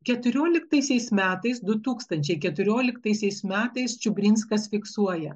keturioliktaisiais metais du tūkstančiai keturioliktaisiais metais čiubrinskas fiksuoja